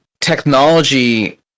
technology